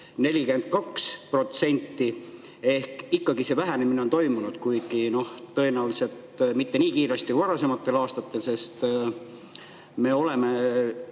42%. Ehk ikkagi see vähenemine on toimunud, kuigi tõenäoliselt mitte nii kiiresti kui varasematel aastatel, sest me oleme